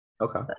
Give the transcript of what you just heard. Okay